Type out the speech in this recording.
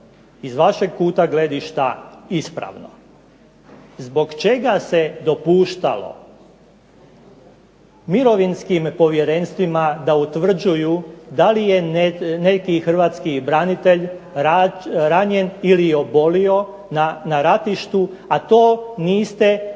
iz vašeg kuta gledišta ispravno. Zbog čega se dopuštalo mirovinskim povjerenstvima da utvrđuju da li je neki Hrvatski branitelj ranjen ili obolio na ratištu ali to niste dopustili